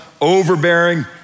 overbearing